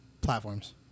platforms